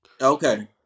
Okay